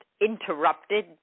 interrupted